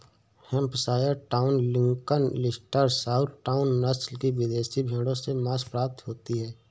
Hampshire down, Lincoln, Leicester, Southdown, नस्ल की विदेशी भेंड़ों से माँस प्राप्ति होती है